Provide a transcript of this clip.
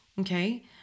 Okay